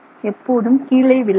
எப்போதும் கீழே விழாது